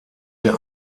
der